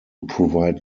provide